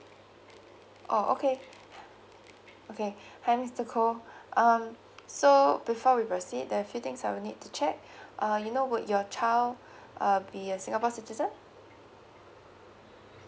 oh okay okay hi mister koh um so before we proceed there are few things I will need to check uh you know would your child uh be a singapore citizen